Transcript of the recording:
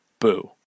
boo